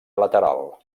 lateral